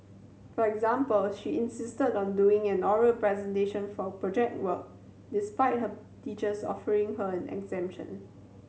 for example she insisted on doing an oral presentation for Project Work despite her teachers offering her an exemption